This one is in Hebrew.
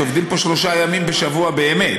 עובדים פה שלושה ימים בשבוע באמת,